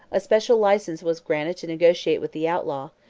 a special license was granted to negotiate with the outlaw,